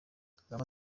kagame